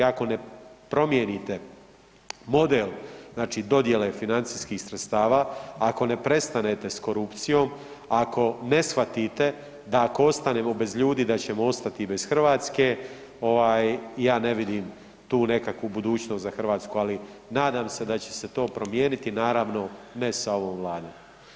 Ako ne promijenite model dodjele financijskih sredstava, ako ne prestanete s korupcijom, ako ne shvatite da ako ostanemo bez ljudi da ćemo ostati bez Hrvatske, ja ne vidim tu nekakvu budućnost za Hrvatsku, ali nadam se da će se to promijeniti i naravno ne sa ovom Vladom.